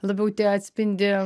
labiau atspindi